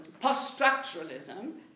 post-structuralism